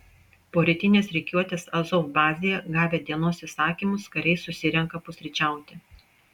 po rytinės rikiuotės azov bazėje gavę dienos įsakymus kariai susirenka pusryčiauti